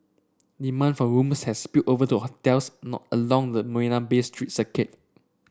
demand for rooms has spilled over to hotels not along the Marina Bay street circuit